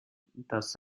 dass